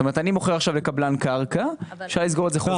אני מוכר עכשיו קרקע לקבלן ואפשר לסגור את זה חוזית.